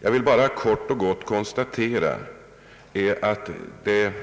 Jag vill konstatera att detta